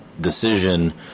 Decision